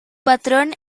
patrón